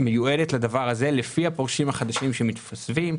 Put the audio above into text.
שמיועדת לדבר הזה לפי הפורשים החדשים שמתווספים,